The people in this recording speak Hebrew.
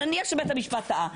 נניח שבית המשפט טעה,